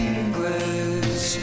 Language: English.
English